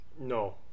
No